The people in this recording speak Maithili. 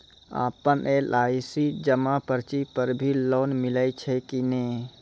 आपन एल.आई.सी जमा पर्ची पर भी लोन मिलै छै कि नै?